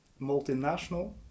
multinational